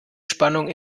spannung